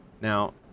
Now